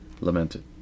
lamented